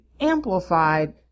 Amplified